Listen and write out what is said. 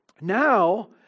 Now